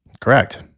Correct